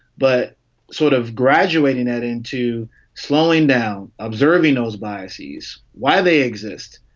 but sort of graduating that into slowing down, observing those biases, why they exist?